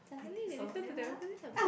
suddenly they listen to the recording